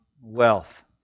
wealth